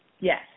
Yes